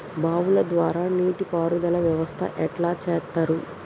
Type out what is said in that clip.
బావుల ద్వారా నీటి పారుదల వ్యవస్థ ఎట్లా చేత్తరు?